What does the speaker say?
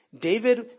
David